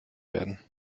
werden